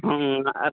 ᱦᱚᱸ ᱟᱨ